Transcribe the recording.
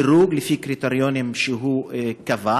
דירוג לפי קריטריונים שהוא קבע,